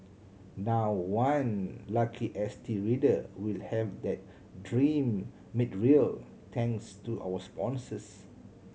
now one lucky S T reader will have that dream made real thanks to our sponsors